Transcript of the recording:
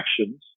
actions